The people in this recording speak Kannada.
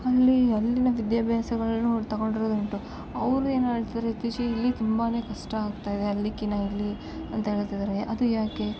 ಅಲ್ಲಿ ಅಲ್ಲಿನ ವಿದ್ಯಾಭ್ಯಾಸಗಳನ್ನು ತಗೊಂಡಿರೋದು ಉಂಟು ಅವರು ಏನು ಹೇಳ್ತಾರೆ ಇತ್ತೀಚಿಗೆ ಇಲ್ಲಿ ತುಂಬಾ ಕಷ್ಟ ಆಗ್ತಾಯಿದೆ ಅಲ್ಲಿಕಿನ ಇಲ್ಲಿ ಅಂತ ಹೇಳ್ತಾಯಿದಾರೆ ಅದು ಯಾಕೆ